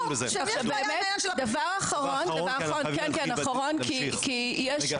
יכול להיות ש לא --- דבר אחרון, אני כן